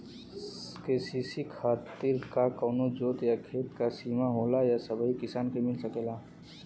KCC खातिर का कवनो जोत या खेत क सिमा होला या सबही किसान के मिल सकेला?